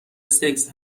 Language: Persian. سکس